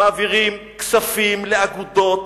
מעבירים כספים לאגודות